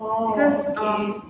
oh okay